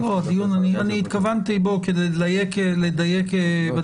כדי לדייק בדברים.